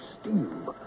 steam